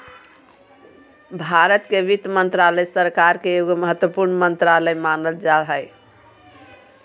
भारत के वित्त मन्त्रालय, सरकार के एगो महत्वपूर्ण मन्त्रालय मानल जा हय